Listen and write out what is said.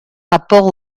rapport